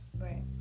right